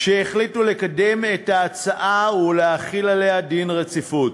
שהחליטו לקדם את ההצעה ולהחיל עליה דין רציפות.